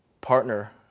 partner